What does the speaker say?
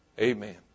amen